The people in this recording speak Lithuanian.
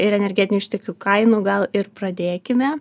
ir energetinių išteklių kainų gal ir pradėkime